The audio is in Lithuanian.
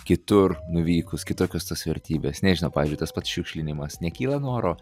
kitur nuvykus kitokios tos vertybės nežinau pavyzdžiui tas pats šiukšlinimas nekyla noro